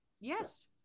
Yes